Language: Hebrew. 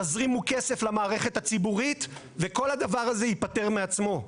תזרימו כסף למערכת הציבורית וכל הדבר הזה ייפתר בעצמו.